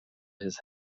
his